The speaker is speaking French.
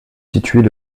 situées